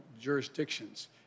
jurisdictions